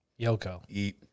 Yoko